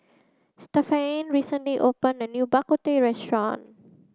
Stephaine recently opened a new Bak Kut Teh Restaurant